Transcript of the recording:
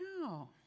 no